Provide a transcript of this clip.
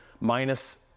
Minus